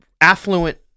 affluent